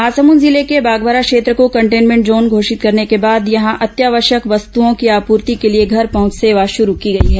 महासमुद जिले के बागबाहरा क्षेत्र को कंटेन्मेंट जोन घोषित करने के बाद यहां अत्यावश्यक वस्तूओं की आपूर्ति के लिए घर पहुंच सेवा शुरू की गई है